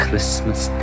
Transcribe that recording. Christmas